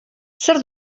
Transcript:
zer